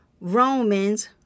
Romans